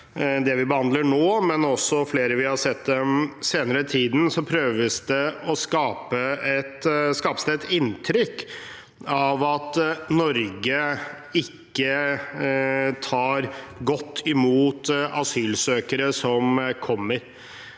det vi behandler nå, og flere vi har sett den senere tiden, skapes det et inntrykk av at Norge ikke tar godt imot asylsøkere som kommer.